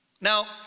Now